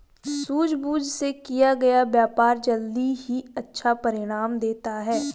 सूझबूझ से किया गया व्यापार जल्द ही अच्छा परिणाम देता है